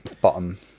bottom